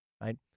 Right